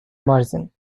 margin